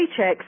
paychecks